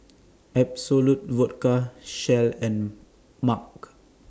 Absolut Vodka Shell and MAG